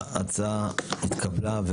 הצבעה התקבלה.